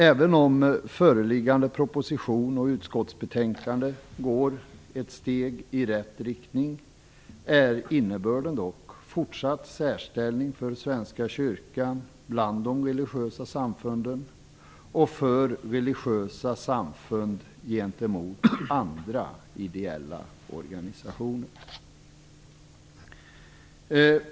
Även om föreliggande proposition och utskottsbetänkande går ett steg i rätt riktning är innebörden dock en fortsatt särställning bland de religiösa samfunden för svenska kyrkan och för religiösa samfund gentemot andra ideella organisationer.